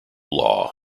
law